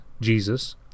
Jesus